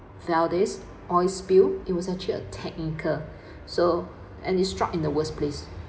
fell this oil spill it was actually a tanker so and it struck in the worst place